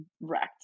wrecked